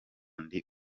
ndi